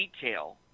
detail